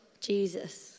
Jesus